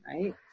right